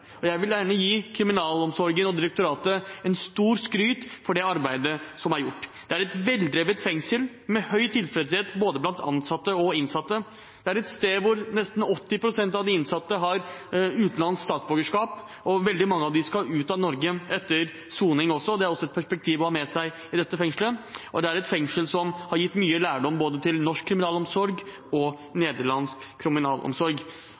der. Jeg vil gjerne gi kriminalomsorgen og direktoratet stor skryt for det arbeidet som er gjort. Det er et veldrevet fengsel med høy tilfredshet blant både ansatte og innsatte. Det er et sted hvor nesten 80 pst. av de innsatte har utenlandsk statsborgerskap, og veldig mange av dem skal ut av Norge etter soning. Det er også et perspektiv å ha med seg når det gjelder dette fengselet. Og det er et fengsel som har gitt mye lærdom både til norsk og til nederlandsk kriminalomsorg.